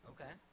Okay